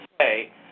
say